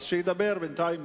אז שידבר בינתיים.